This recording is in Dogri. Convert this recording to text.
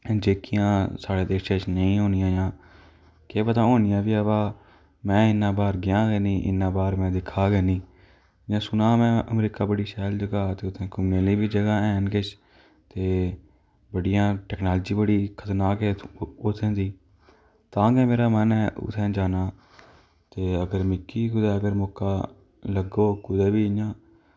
जेह्कियां साढ़े देशी च नेईं होनियां जां केह् पता होनियां बी बाह्र में इन्ना बाह्र गेआ गे निं इन्ना बाह्र में दिक्खा गै निं में सुने दा में अमरीका बड़ी शैल जगह ते उत्थे घूमने आह्ली बी जगह हैन किश ते बड़ियां टेक्नोलाजी बड़ी खतरनाक ऐ उत्थें दी तां गै मेरा मन ऐ उत्थैं जाने दा ते अगर मिगी अगर कूदै मौका लग्ग कूदै बी इ'यां